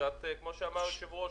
כמו שאמר היושב-ראש,